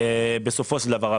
בסופו של דבר.